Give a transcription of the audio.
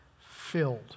filled